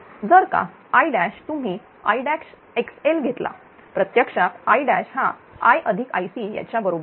जर का I तुम्ही Ixl घेतला प्रत्यक्षात I हा IIc याच्या बरोबर आहे